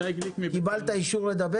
קיבלת אישור לדבר?